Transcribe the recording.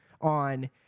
on